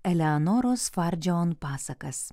eleonoros fardžion pasakas